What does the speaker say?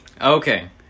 Okay